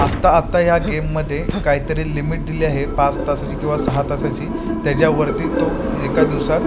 आत्ता आत्ता ह्या गेममध्ये काहीतरी लिमिट दिली आहे पाच तासाची किंवा सहा तासाची त्याच्यावरती तो एका दिवसात